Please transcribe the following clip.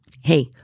Hey